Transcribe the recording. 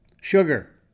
Sugar